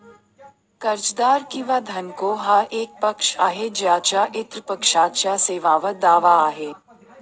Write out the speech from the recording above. कर्जदार किंवा धनको हा एक पक्ष आहे ज्याचा इतर पक्षाच्या सेवांवर दावा आहे